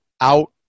out